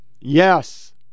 Yes